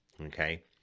okay